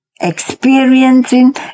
experiencing